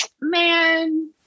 man